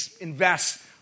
invest